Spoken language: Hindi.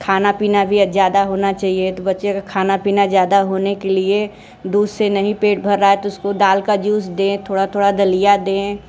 खाना पीना भी ज़्यादा होने के लिए दूध से नहीं पेट भर रहा है तो उसको दाल का जूस दे थोड़ा थोड़ा दलिया दें